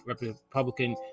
Republican